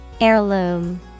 Heirloom